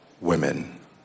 women